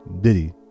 Diddy